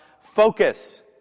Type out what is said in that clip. focus